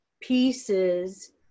pieces